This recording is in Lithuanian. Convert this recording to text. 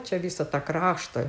čia visą tą kraštą